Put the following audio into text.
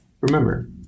Remember